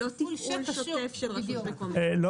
לא תפעול שוטף של רשות מקומית.